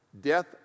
Death